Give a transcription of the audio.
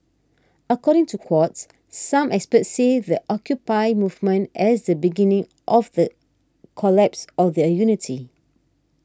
according to Quartz some experts see the Occupy movement as the beginning of the collapse of their unity